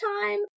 time